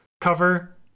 cover